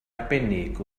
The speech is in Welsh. arbennig